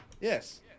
yes